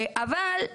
יש